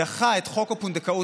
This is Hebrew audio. דחה את חוק הפונדקאות,